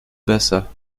besser